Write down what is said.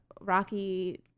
Rocky